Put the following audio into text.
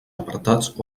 apartats